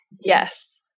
yes